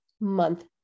month